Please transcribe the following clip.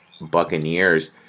Buccaneers